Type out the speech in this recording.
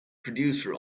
producer